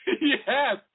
Yes